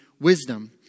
wisdom